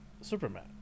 Superman